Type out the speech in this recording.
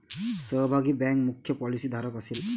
सहभागी बँक मुख्य पॉलिसीधारक असेल